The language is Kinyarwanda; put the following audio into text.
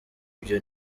byo